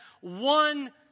one